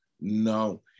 No